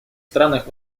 странах